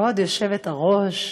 כבוד היושבת-ראש,